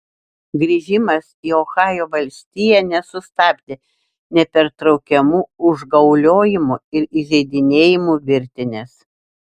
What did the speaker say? grįžimas į ohajo valstiją nesustabdė nepertraukiamų užgauliojimų ir įžeidinėjimų virtinės